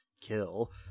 Kill